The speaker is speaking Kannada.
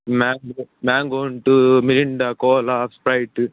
ಮ್ಯಾಂಗೊ ಮ್ಯಾಂಗೊ ಉಂಟು ಮಿರಿಂಡ ಕೋಲಾ ಸ್ಪ್ರೈಟ್